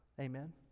Amen